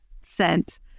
scent